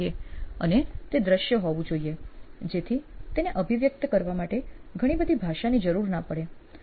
અને તે દ્રશ્ય હોવું જોઈએ જેથી તેને અભિવ્યક્ત કરવા માટે ઘણી બધી ભાષાની જરૂર ના પડે